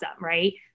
Right